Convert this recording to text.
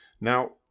Now